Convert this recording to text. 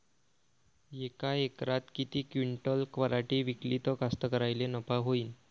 यका एकरात किती क्विंटल पराटी पिकली त कास्तकाराइले नफा होईन?